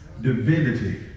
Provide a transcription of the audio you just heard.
divinity